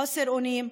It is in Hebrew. חוסר אונים,